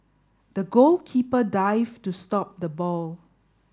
the goalkeeper dived to stop the ball